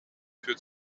führt